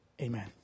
Amen